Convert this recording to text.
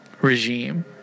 regime